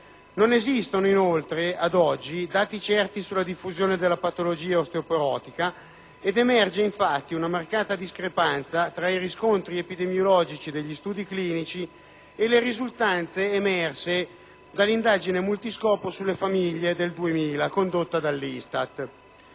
Non esistono, inoltre, ad oggi dati certi sulla diffusione della patologia osteoporotica; ed emerge, infatti, una marcata discreparanza tra i riscontri epidemiologici degli studi clinici e le risultanze emerse dall'indagine multiscopo sulle famiglie del 2000 condotta dall'ISTAT.